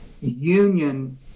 union